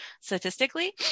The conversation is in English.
statistically